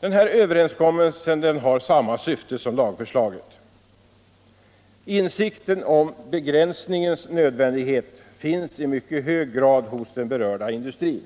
Denna överenskommelse har samma syfte som lagförslaget. Insikten om begränsningens nödvändighet finns i mycket hög grad hos den berörda industrin.